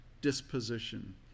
disposition